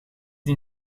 die